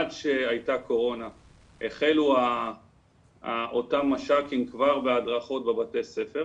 עד שהייתה קורונה החלו אותם מש"קים כבר בהדרכות בבתי הספר